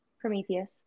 Prometheus